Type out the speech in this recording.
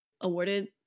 awarded